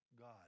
God